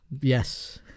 Yes